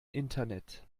internet